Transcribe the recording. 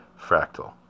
fractal